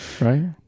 right